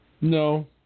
No